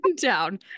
down